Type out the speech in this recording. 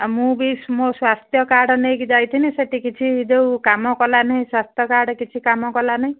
ଆଉ ମୁଁ ବି ମୋ ସ୍ୱାସ୍ଥ୍ୟକାର୍ଡ଼ ଯେଉଁ ନେଇକି ଯାଇଥିଲି ସେଠି କିଛି କାମ କଲାନାହିଁ ସ୍ୱାସ୍ଥ୍ୟକାର୍ଡ଼ କିଛି କାମ କଲାନାହିଁ